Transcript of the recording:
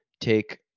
take